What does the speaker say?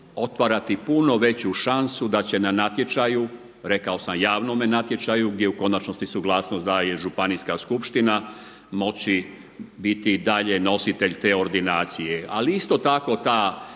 puno veću šansu, da će na natječaju, rekao sam, javnome natječaju, gdje u konačnosti suglasnost daje županijska skupština, moći biti i dalje nositelj te ordinacije. Ali, isto tako, taj